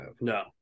No